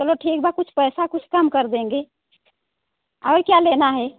चलो ठीक बा कुछ पैसा कुछ कम कर देंगे और क्या लेना है